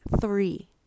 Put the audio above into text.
three